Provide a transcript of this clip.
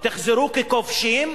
תחזרו ככובשים,